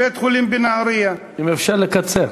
לבית-החולים בנהרייה, אם אפשר לקצר.